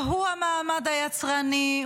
שהוא המעמד היצרני,